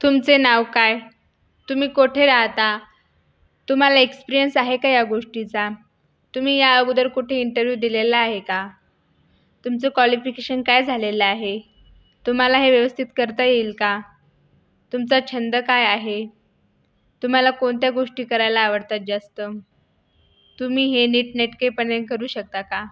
तुमचे नाव काय तुम्ही कोठे राहता तुम्हाला एक्सप्रियंस आहे का या गोष्टीचा तुम्ही या अगोदर कुठे इंटरव्ह्यू दिलेला आहे का तुमचं क्वालिफिकेशन काय झालेलं आहे तुम्हाला हे व्यवस्थित करता येईल का तुमचा छंद काय आहे तुम्हाला कोणत्या गोष्टी करायला आवडतात जास्त तुम्ही हे नीटनेटकेपणे करू शकता का